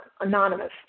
Anonymous